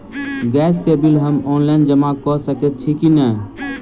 Gas केँ bill हम online जमा कऽ सकैत छी की नै?